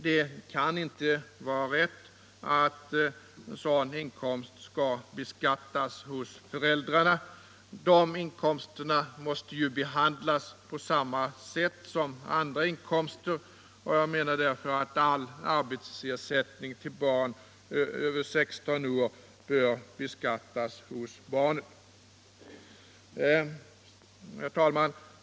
Det kan inte vara rätt att sådan inkomst skall beskattas hos föräldrarna. De inkomsterna skall givetvis behandlas på samma sätt som andra inkomster. Därför bör all arbetsersättning till barn över 16 år beskattas hos barnen. Herr talman!